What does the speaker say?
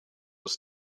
was